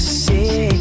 see